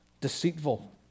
deceitful